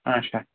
اَچھا